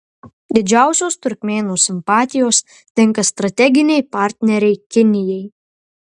didžiausios turkmėnų simpatijos tenka strateginei partnerei kinijai